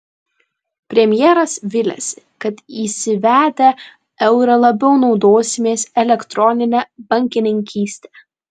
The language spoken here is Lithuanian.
premjeras viliasi kad įsivedę eurą labiau naudosimės elektronine bankininkyste